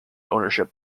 ownership